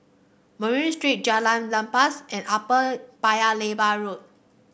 Murray Street Jalan Lepas and Upper Paya Lebar Road